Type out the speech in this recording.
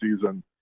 season